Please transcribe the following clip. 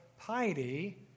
piety